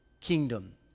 kingdom